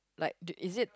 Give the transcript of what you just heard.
like d~ is it